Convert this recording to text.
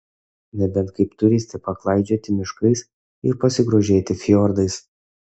nebent kaip turistė paklaidžioti miškais ir pasigrožėti fjordais